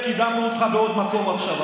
והם יוצאים להפגנות בשביל להגן עליהם.